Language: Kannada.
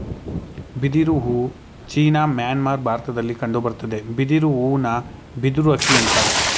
ಬಿದಿರು ಹೂ ಚೀನಾ ಮ್ಯಾನ್ಮಾರ್ ಭಾರತದಲ್ಲಿ ಕಂಡುಬರ್ತದೆ ಬಿದಿರು ಹೂನ ಬಿದಿರು ಅಕ್ಕಿ ಅಂತರೆ